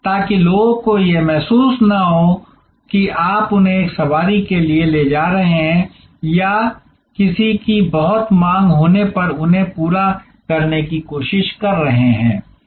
ताकि लोगों को यह महसूस न हो कि आप उन्हें एक सवारी के लिए ले जा रहे हैं या किसी की बहुत मांग होने पर उन्हें पूरा करने की कोशिश कर रहे हैं